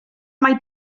mai